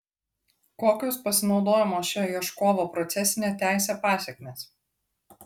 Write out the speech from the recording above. kokios pasinaudojimo šia ieškovo procesine teise pasekmės